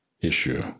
issue